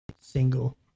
single